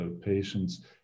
patients